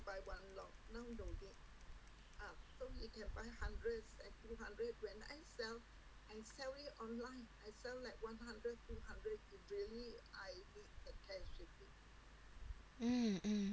mm mm